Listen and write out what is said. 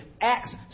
Acts